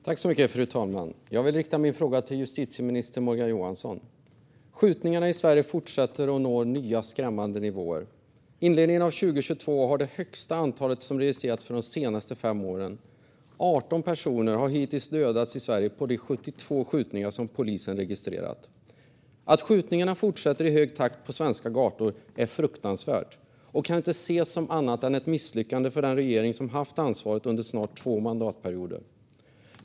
Fru talman! Jag vill rikta min fråga till justitieminister Morgan Johansson. Skjutningarna i Sverige fortsätter och når nya skrämmande nivåer. Inledningen av 2022 har det högsta antalet som registrerats de senaste fem åren - 18 personer har hittills dödats i Sverige i de 72 skjutningar som polisen registrerat. Att skjutningarna fortsätter i hög takt på svenska gator är fruktansvärt och kan inte ses som annat än ett misslyckande för den regering som haft ansvaret under snart två mandatperioder.